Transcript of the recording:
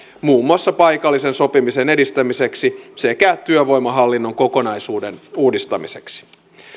muun muassa paikallisen sopimisen edistämiseksi sekä työvoimahallinnon kokonaisuuden uudistamiseksi